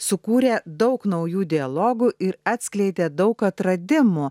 sukūrė daug naujų dialogų ir atskleidė daug atradimų